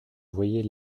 voyez